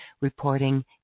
reporting